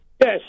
Yes